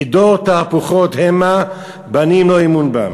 כי דור תהפוכות המה, בנים לא אמון בם.